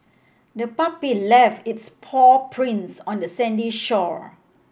the puppy left its paw prints on the sandy shore